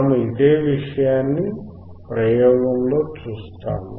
మనము ఇదే విషయాన్ని ప్రయోగంలో చూస్తాము